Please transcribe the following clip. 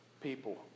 people